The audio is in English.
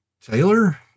Taylor